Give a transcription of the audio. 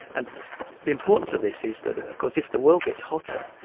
and the importance of this is that of course if the world gets hotter,